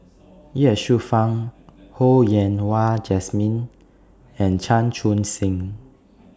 Ye Shufang Ho Yen Wah Jesmine and Chan Chun Sing